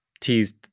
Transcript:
teased